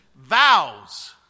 vows